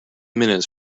minutes